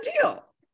deal